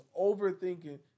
overthinking